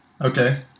Okay